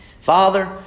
Father